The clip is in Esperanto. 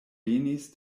venis